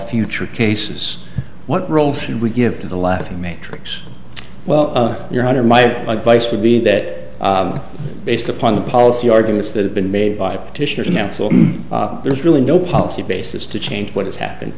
future cases what role should we give to the latter matrix well your honor my advice would be that based upon the policy arguments that have been made by petitioners counsel there's really no policy basis to change what has happened